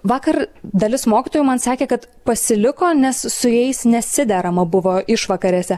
vakar dalis mokytojų man sakė kad pasiliko nes su jais nesiderama buvo išvakarėse